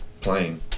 Playing